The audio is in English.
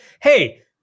Hey